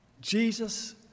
Jesus